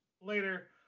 later